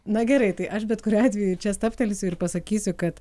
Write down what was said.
na gerai tai aš bet kuriuo atveju čia stabtelėsiu ir pasakysiu kad